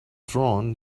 drawn